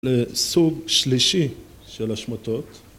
לסוג שלישי של השמטות